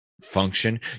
Function